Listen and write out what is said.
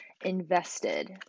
invested